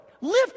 lift